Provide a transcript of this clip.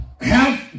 health